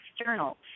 external